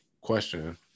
question